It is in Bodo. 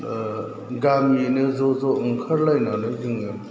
दा गामियैनो ज' ज' ओंखारलायनानै जोङो